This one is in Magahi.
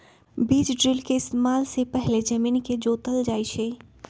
बीज ड्रिल के इस्तेमाल से पहिले जमीन के जोतल जाई छई